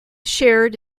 shared